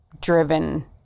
driven